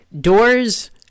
doors